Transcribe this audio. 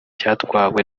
cyatwawe